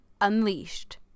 Unleashed